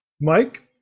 Mike